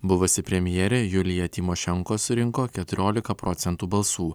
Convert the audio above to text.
buvusi premjerė julija tymošenko surinko keturiolika procentų balsų